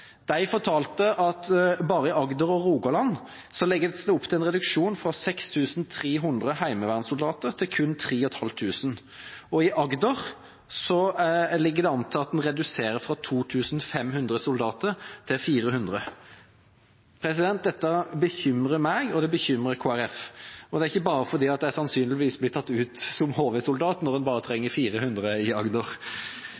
De fortalte at bare i Agder og Rogaland legges det opp til en reduksjon fra 6 300 heimevernssoldater til kun 3 500, og i Agder ligger det an til at en reduserer fra 2 500 soldater til 400. Dette bekymrer meg, og det bekymrer Kristelig Folkeparti, og det er ikke bare fordi jeg sannsynligvis blir tatt ut som HV-soldat når en bare